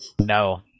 No